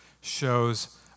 shows